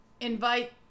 invite